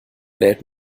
wählt